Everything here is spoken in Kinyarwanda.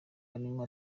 arimo